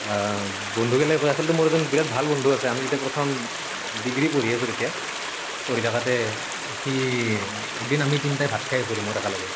বন্ধুবিলাকে কয় আচলতে মোৰ এজন বিৰাট ভাল বন্ধু আছে আমি যেতিয়া প্ৰথম ডিগ্ৰী পঢ়ি আছোঁ তেতিয়া পঢ়ি থাকোঁতে সি এক দিন আমি তিনিটাই ভাত খাই আছোঁ ৰুমত একেলগে